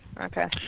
okay